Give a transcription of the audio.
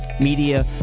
Media